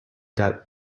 that